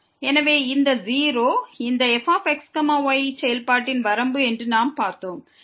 எனவே இந்த 0 இந்த fx y செயல்பாட்டின் வரம்பு என்று நாம் பார்த்தோம்